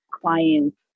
clients